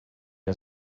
der